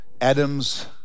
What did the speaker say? Adam's